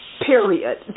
period